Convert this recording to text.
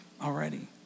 already